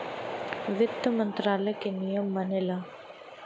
वित्त मंत्रालय के नियम मनला